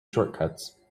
shortcuts